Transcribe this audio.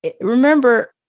Remember